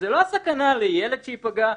זה לא הסכנה לילד שייפגע,